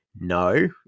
No